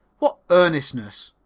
what earnestness!